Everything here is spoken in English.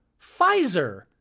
Pfizer